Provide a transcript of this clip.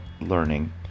learning